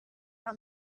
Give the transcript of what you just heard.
our